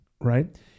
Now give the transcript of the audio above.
right